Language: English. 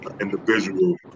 individual